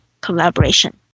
collaboration